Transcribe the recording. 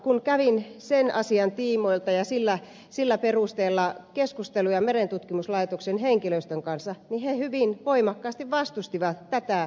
kun kävin sen asian tiimoilta ja sillä perusteella keskusteluja merentutkimuslaitoksen henkilöstön kanssa niin he hyvin voimakkaasti vastustivat tätä esitystä